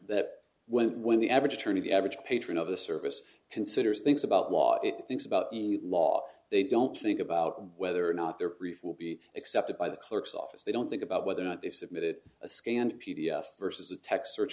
that when when the average attorney the average patron of the service considers thinks about law and thinks about law they don't think about whether or not there will be accepted by the clerk's office they don't think about whether or not they've submitted a scanned p d f versus the text